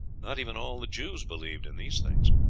not even all the jews believed in these things.